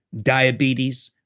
diabetes,